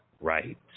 right